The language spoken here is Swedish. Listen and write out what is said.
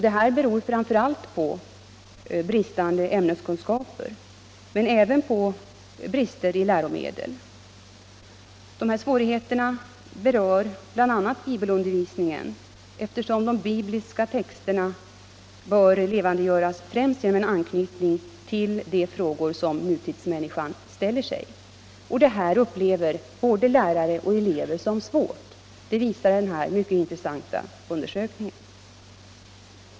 Detta beror framför allt på bristande ämneskunskaper men även på brister i läromedlen. Dessa svårigheter berör bl.a. bibelundervisningen, eftersom de bibliska texterna bör levandegöras främst genom anknytning till de frågor nutidsmänniskan ställer sig. Dessa mycket intressanta undersökningar visar att både lärare och elever upplever detta som svårt.